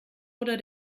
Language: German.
oder